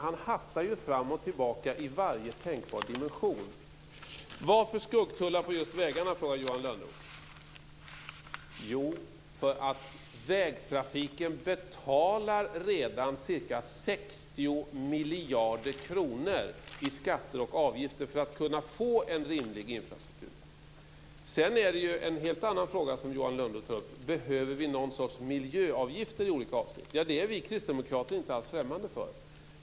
Han hattar fram och tillbaka i varje tänkbar dimension. Varför skuggtullar på just vägarna?, frågar Johan Lönnroth. Jo, därför att vägtrafiken redan betalar ca 60 miljarder kronor i skatter och avgifter för att kunna få en rimlig infrastruktur. Sedan tar Johan Lönnroth upp en helt annan fråga. Behöver vi någon sorts miljöavgifter i olika avseenden? Det är vi kristdemokrater inte alls främmande för.